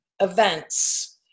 events